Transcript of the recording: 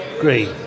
Green